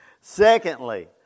Secondly